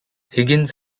higgins